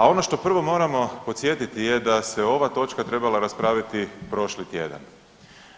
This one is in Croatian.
A ono što prvo moramo podsjetiti da se ova točka trebala raspraviti prošli tjedan,